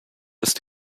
ist